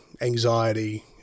anxiety